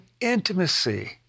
intimacy